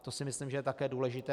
To si myslím, že je také důležité.